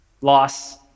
loss